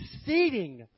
exceeding